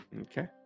okay